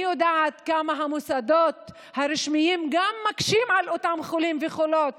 אני יודעת כמה המוסדות הרשמיים גם מקשים על אותם חולים וחולות